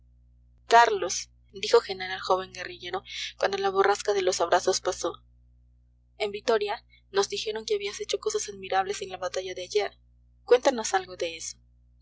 carlos dijo genara al joven guerrillero cuando la borrasca de los abrazos pasó en vitoria nos dijeron que habías hecho cosas admirables en la batalla de ayer cuéntanos algo de eso